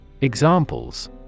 Examples